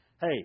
hey